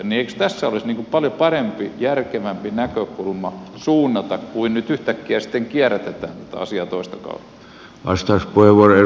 eikö tässä olisi paljon parempi järkevämpi näkökulma suunnata kuin nyt yhtäkkiä sitten kierrätetään tätä asiaa toista kautta